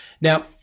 Now